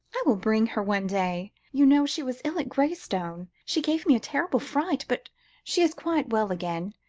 i will bring her one day. you know she was ill at graystone. she gave me a terrible fright, but she is quite well again,